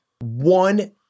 One